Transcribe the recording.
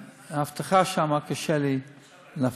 אבטחה שם, קשה לי להבטיח.